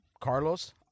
carlos